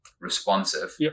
responsive